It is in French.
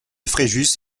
fréjus